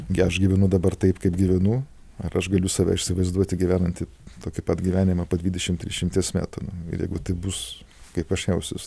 gi aš gyvenu dabar taip kaip gyvenu ar aš galiu save įsivaizduoti gyvenantį tokį pat gyvenimą po dvidešim trisdešimties metų ir jeigu taip bus kaip aš jausiuos